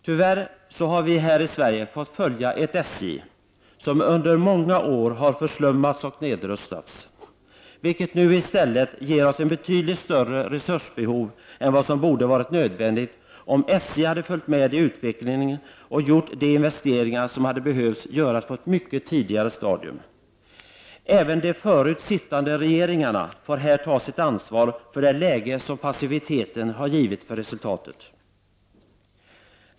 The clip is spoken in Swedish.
Tyvärr har vi här i Sverige fått följa ett SJ som under många år har förslummats och nedrustats, vilket i sin tur lett till ett betydligt större resursbehov än vad som borde varit nödvändigt om SJ hade följt med i utvecklingen och gjort de investeringar som hade behövts göras på ett mycket tidigare stadium. Även de förut sittande regeringarna får här ta sitt ansvar för det läge som passiviteten har givit som resultat.